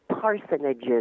Parsonages